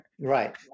right